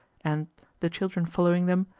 and, the children following them,